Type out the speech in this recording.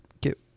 get